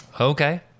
Okay